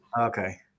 Okay